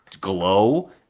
glow